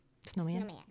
Snowman